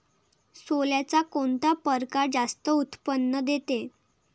सोल्याचा कोनता परकार जास्त उत्पन्न देते?